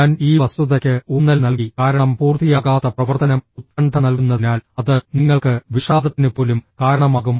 ഞാൻ ഈ വസ്തുതയ്ക്ക് ഊന്നൽ നൽകി കാരണം പൂർത്തിയാകാത്ത പ്രവർത്തനം ഉത്കണ്ഠ നൽകുന്നതിനാൽ അത് നിങ്ങൾക്ക് വിഷാദത്തിന് പോലും കാരണമാകും